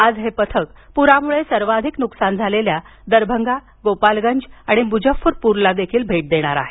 आज हे पथक पुरामुळे सर्वाधिक नुकसान झालेल्या दरभंगा गोपालगंज आणि मुझफ्फरपुरला देखील भेट देणार आहे